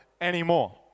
anymore